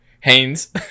Haynes